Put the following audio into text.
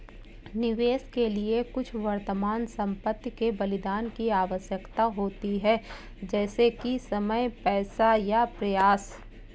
निवेश के लिए कुछ वर्तमान संपत्ति के बलिदान की आवश्यकता होती है जैसे कि समय पैसा या प्रयास